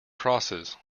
crosses